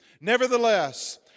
Nevertheless